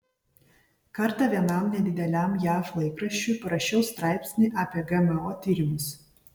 kartą vienam nedideliam jav laikraščiui parašiau straipsnį apie gmo tyrimus